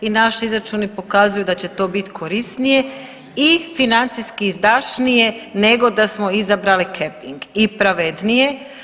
I naši izračuni pokazuju da će to biti korisnije i financijski izdašnije nego da smo izabrali … [[Govornica se ne razumije.]] i pravednije.